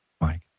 Mike